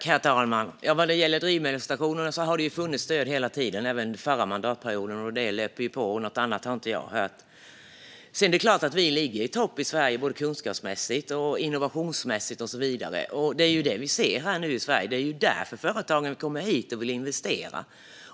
Herr talman! Det har funnits stöd för drivmedelsstationer hela tiden, även förra mandatperioden, och det löper på. Något annat har jag inte hört. Vi i Sverige ligger i topp både kunskapsmässigt och innovationsmässigt. Det är det vi ser nu, och det är därför företag kommer hit och vill investera.